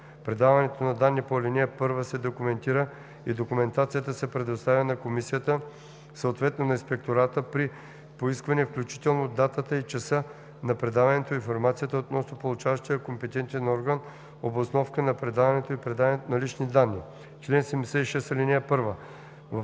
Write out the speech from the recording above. Предаването на данни по ал. 1 се документира и документацията се предоставя на комисията, съответно на инспектората при поискване, включително датата и часа на предаване, информация относно получаващия компетентен орган, обосновка на предаването и предадените лични данни. Чл. 76.